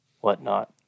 whatnot